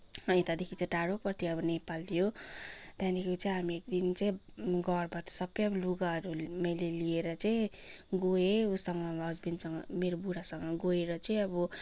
यतादेखि चाहिँ टाढो पर्थ्यो अब नेपाल थियो त्यहाँदेखि चाहिँ हामी एक दिन चाहिँ घरबाट सबै अब लुगाहरू मैले लिएर चाहिँ गएँ उसँग हस्बेन्डसँग मेरो बुढासँग गएर चाहिँ अब